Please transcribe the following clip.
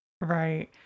Right